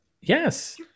yes